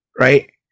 Right